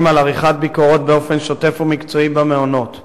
על עריכת ביקורות באופן שוטף ומקצועי במעונות,